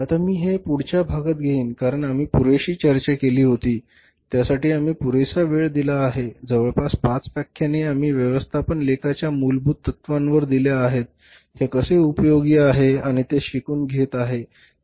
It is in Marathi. आता मी हे पुढच्या भागात घेईन कारण आम्ही पुरेशी चर्चा केली होती त्यासाठी आम्ही पुरेसा वेळ दिला आहे जवळपास 5 व्याख्याने आम्ही व्यवस्थापन लेखाच्या मूलभूत तत्त्वांवर दिल्या आहेत हे कसे उपयोगी आहे आणि ते शिकून घेत आहे